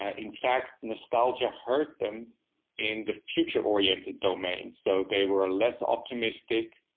ah in fact, nostalgia hurt them in the future oriented domains, so they were less optimistic,